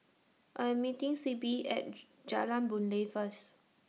I Am meeting Sybil At Jalan Boon Lay First